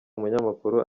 umunyamakuru